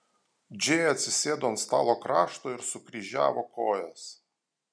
džėja atsisėdo ant stalo krašto ir sukryžiavo kojas